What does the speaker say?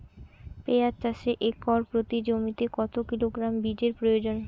পেঁয়াজ চাষে একর প্রতি জমিতে কত কিলোগ্রাম বীজের প্রয়োজন?